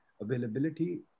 availability